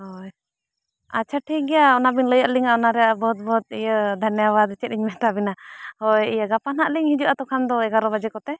ᱦᱳᱭ ᱟᱪᱪᱷᱟ ᱴᱷᱤᱠ ᱜᱮᱭᱟ ᱚᱱᱟ ᱵᱤᱱ ᱞᱟᱹᱭ ᱟᱫ ᱞᱤᱧᱟ ᱚᱱᱟ ᱨᱮᱭᱟᱜ ᱵᱚᱦᱩᱛ ᱵᱚᱦᱩᱛ ᱤᱭᱟᱹ ᱫᱷᱟᱱᱮᱵᱟᱫ ᱪᱮᱫ ᱤᱧ ᱢᱮᱛᱟᱵᱤᱱᱟ ᱦᱳᱭ ᱤᱭᱟᱹ ᱜᱟᱯᱟ ᱦᱟᱸᱜ ᱞᱤᱧ ᱦᱤᱡᱩᱜ ᱛᱚᱠᱷᱚᱱ ᱫᱚ ᱮᱜᱟᱨᱚ ᱵᱟᱡᱮ ᱠᱚᱛᱮ